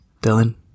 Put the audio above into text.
Dylan